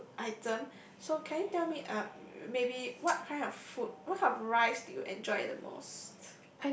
food item so can you tell me uh maybe what kind of food what kind of rice do you enjoy the most